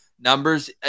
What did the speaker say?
numbers